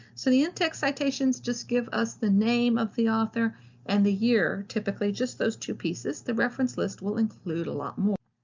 so the in-text citations just give us the name of the author and the year, typically just those two pieces. the reference list will include a lot more.